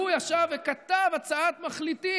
הוא ישב וכתב הצעת מחליטים,